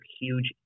huge